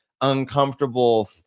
uncomfortable